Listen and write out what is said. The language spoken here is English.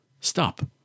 Stop